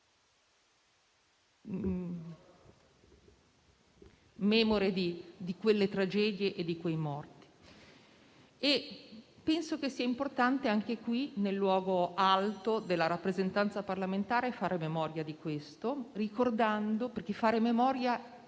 memore di quelle tragedie e di quei morti. Penso sia importante anche qui, nel luogo alto della rappresentanza parlamentare, fare memoria di questo, perché fare memoria è